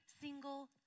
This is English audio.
single